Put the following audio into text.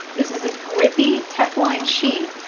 this is a grippy teflon sheet.